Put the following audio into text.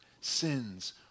sins